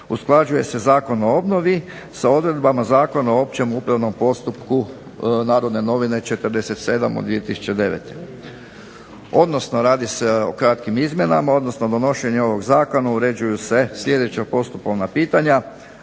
usklađuje se Zakon o obnovi sa odredbama Zakona o općem upravnom postupku, "Narodne novine" 47/2009. Odnosno radi se o kratkim izmjenama, odnosno donošenjem ovog zakona uređuju se sljedeća postupovna pitanja.